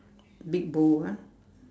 big bowl ah